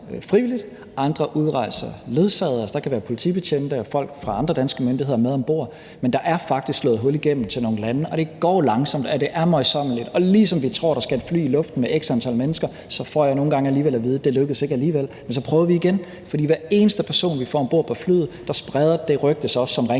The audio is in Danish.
andre udrejser ledsaget. Der kan være politibetjente eller folk fra andre danske myndigheder med om bord, men der er faktisk slået hul igennem til nogle lande, og det går langsomt, og det er møjsommeligt. Og lige som vi tror, der skal et fly i luften med x antal mennesker, får jeg nogle gange alligevel at vide, at det ikke er lykkedes. Men så prøver vi igen. For med hver eneste person, vi får om bord på flyet, spredes det rygte om